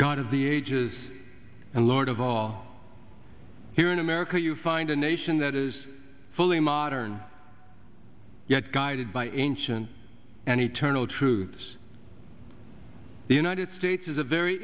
of the ages and lord of all here in america you find a nation that is fully modern yet guided by ancient and eternal truths the united states is a very